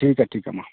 ᱴᱷᱤᱠᱟ ᱴᱷᱤᱠᱟ ᱢᱟ